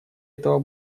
этого